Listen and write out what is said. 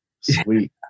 Sweet